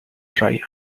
dry